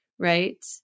Right